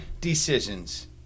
decisions